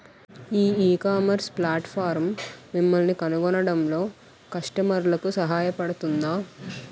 ఈ ecommerce platform మిమ్మల్ని కనుగొనడంలో కస్టమర్లకు సహాయపడుతుందా?